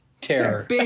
terror